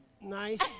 nice